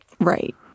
Right